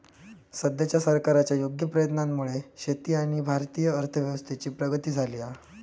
सद्याच्या सरकारच्या योग्य प्रयत्नांमुळे शेती आणि भारतीय अर्थव्यवस्थेची प्रगती झाली हा